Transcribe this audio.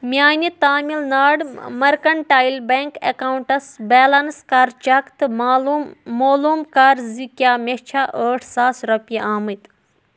میانہِ Tamil Nadu mercantile bank accounts balance کَر check تہٕ مالوٗم معلوٗم کَر زِ کیٛاہ مےٚ چھےٚ ٲٹھ ساس رۄپیہِ آمٕتۍ